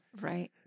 Right